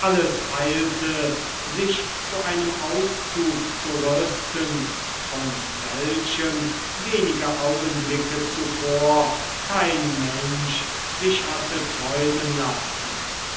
alles eilte sich zu einem auszug zu rüsten von welchem wenige augenblicke zuvor kein mensch sich hatte träumen lassen